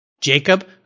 Jacob